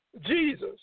Jesus